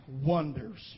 wonders